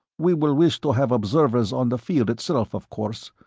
we will wish to have observers on the field, itself, of course.